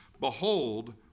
behold